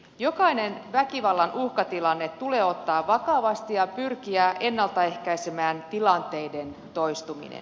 jokainen väkivallan uhkatilanne tulee ottaa vakavasti ja pyrkiä ennalta ehkäisemään tilanteiden toistuminen